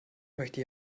möchte